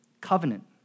Covenant